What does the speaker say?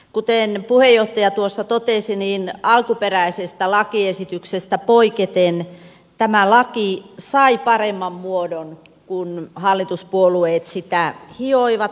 kuten puheenjohtaja totesi niin alkuperäisestä lakiesityksestä poiketen tämä laki sai paremman muodon kun hallituspuolueet sitä hioivat aikansa